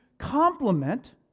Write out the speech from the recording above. complement